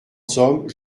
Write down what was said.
somme